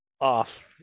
off